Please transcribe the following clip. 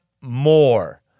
more